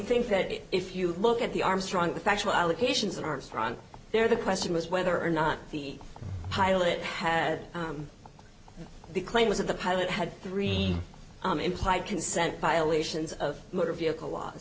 think that if you look at the armstrong the factual allegations and armstrong there the question was whether or not the pilot had the claim was that the pilot had three implied consent violations of motor vehicle laws